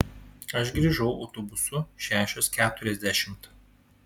aš grįžau autobusu šešios keturiasdešimt